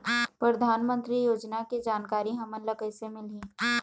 परधानमंतरी योजना के जानकारी हमन ल कइसे मिलही?